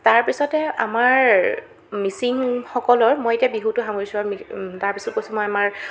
তাৰপিছতে আমাৰ মিচিংসকলৰ মই এতিয়া বিহুটো সামৰিছোঁ আৰু তাৰপিছত কৈছো মই আমাৰ